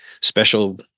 special